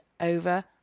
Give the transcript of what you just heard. over